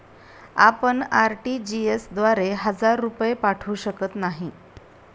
आपण आर.टी.जी.एस द्वारे हजार रुपये पाठवू शकत नाही